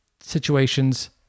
situations